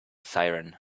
siren